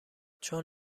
چون